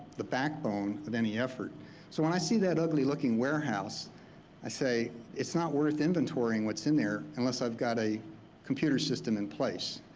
the backbone of any effort. so when i see that ugly looking warehouse i say, it's not worth inventorying what's in there unless i've got a computer system in place.